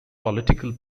political